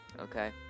Okay